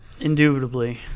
Indubitably